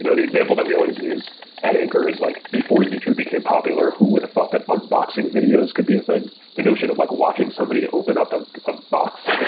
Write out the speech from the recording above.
you know the example that we always use at anchor is like before youtube became popular, who would've thought that unboxing videos could be a thing? the notion of like watching somebody open up ah a box.